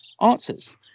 answers